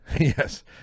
Yes